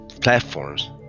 platforms